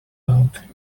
out